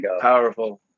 Powerful